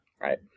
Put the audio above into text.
Right